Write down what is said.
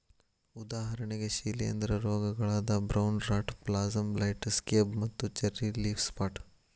ಉದಾಹರಣೆಗೆ ಶಿಲೇಂಧ್ರ ರೋಗಗಳಾದ brown rot blossom blight, scab ಮತ್ತು ಚೆರ್ರಿ ಲೇಫ್ ಸ್ಪಾಟ್